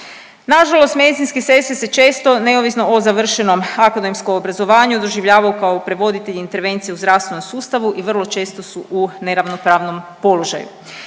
Na žalost medicinske sestre se često neovisno o završenom akademskom obrazovanju doživljavaju kao prevoditelji intervencije u zdravstvenom sustavu i vrlo često su u neravnopravnom položaju.